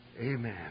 Amen